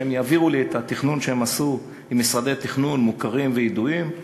שהם יעבירו לי את התכנון שהם עשו עם משרדי תכנון מוכרים וידועים.